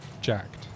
jacked